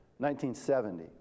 1970